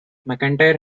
mcentire